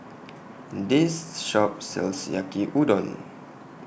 This Shop sells Yaki Udon